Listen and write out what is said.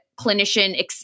clinician